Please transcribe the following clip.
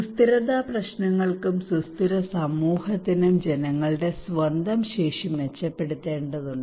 സുസ്ഥിരതാ പ്രശ്നങ്ങൾക്കും സുസ്ഥിര സമൂഹത്തിനും ജനങ്ങളുടെ സ്വന്തം ശേഷി മെച്ചപ്പെടുത്തേണ്ടതുണ്ട്